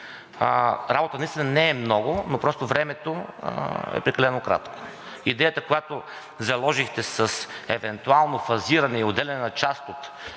Работата наистина не е много, но просто времето е прекалено кратко. Идеята, която заложихте с евентуално фазиране и отделяне на част от